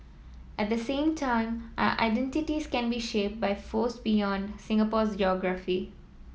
at the same time our identities can be shaped by force beyond Singapore's